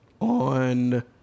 on